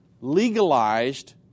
Legalized